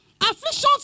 Afflictions